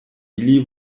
ili